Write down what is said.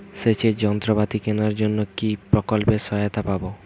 সেচের যন্ত্রপাতি কেনার জন্য কি প্রকল্পে সহায়তা পাব?